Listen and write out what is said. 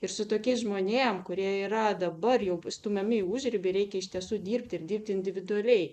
ir su tokiais žmonėm kurie yra dabar jau stumiami į užribį reikia iš tiesų dirbti ir dirbti individualiai